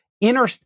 inner